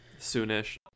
soonish